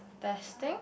testing